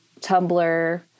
Tumblr